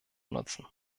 nutzen